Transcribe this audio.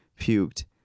puked